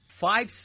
Five